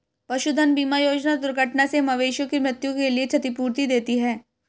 पशुधन बीमा योजना दुर्घटना से मवेशियों की मृत्यु के लिए क्षतिपूर्ति देती है